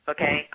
Okay